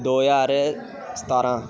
ਦੋ ਹਜ਼ਾਰ ਸਤਾਰ੍ਹਾਂ